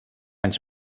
anys